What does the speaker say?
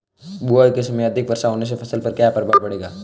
बुआई के समय अधिक वर्षा होने से फसल पर क्या क्या प्रभाव पड़ेगा?